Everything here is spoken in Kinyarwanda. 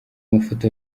mafoto